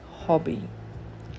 hobby